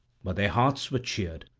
but their hearts were cheered,